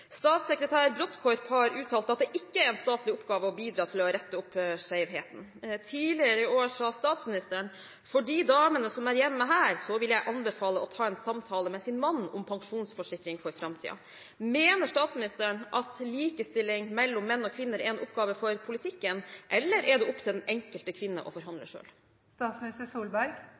Statssekretær Brodtkorb har uttalt at det ikke er en statlig oppgave å bidra til å rette opp skjevheten. Tidligere i år sa statsministeren: «For de damene som er hjemme her, så vil jeg anbefale å ta en samtale med sin mann om pensjonsforsikring for fremtiden.» Mener statsministeren at likestilling mellom menn og kvinner er en oppgave for politikken, eller er det opp til den enkelte kvinne å forhandle